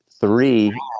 three